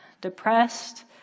depressed